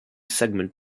segment